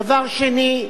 דבר שני,